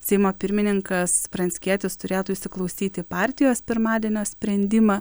seimo pirmininkas pranckietis turėtų įsiklausyti į partijos pirmadienio sprendimą